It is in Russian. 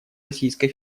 российской